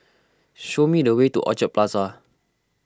show me the way to Orchard Plaza